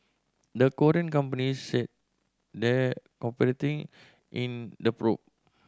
the Korean companies said they in the probe